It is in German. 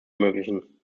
ermöglichen